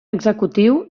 executiu